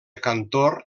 cantor